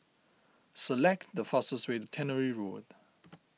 select the fastest way Tannery Road